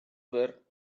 were